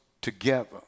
together